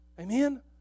Amen